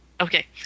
Okay